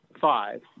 five